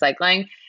recycling